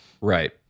Right